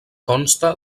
consta